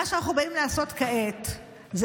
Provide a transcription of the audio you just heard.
מה שאנחנו באים לעשות כעת זה